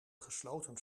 gesloten